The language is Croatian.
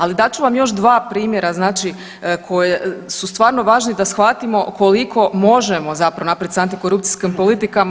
Ali dat ću vam još dva primjera, znači koji su stvarno važni da shvatimo koliko možemo zapravo napravit s antikorupcijskim politikama.